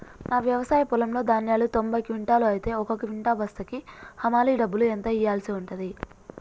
నా వ్యవసాయ పొలంలో ధాన్యాలు తొంభై క్వింటాలు అయితే ఒక క్వింటా బస్తాకు హమాలీ డబ్బులు ఎంత ఇయ్యాల్సి ఉంటది?